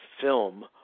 film